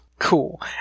Cool